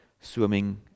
swimming